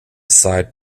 side